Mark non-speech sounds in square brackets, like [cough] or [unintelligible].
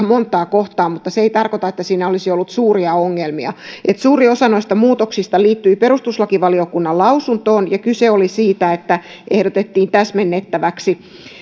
[unintelligible] montaa kohtaa mutta se ei tarkoita että siinä olisi ollut suuria ongelmia suurin osa muutoksista liittyi perustuslakivaliokunnan lausuntoon ja kyse oli siitä että ehdotettiin täsmennettäväksi